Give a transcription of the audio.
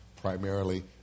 primarily